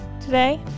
today